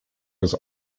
was